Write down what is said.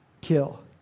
Kill